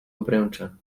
obręczach